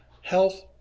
health